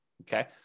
Okay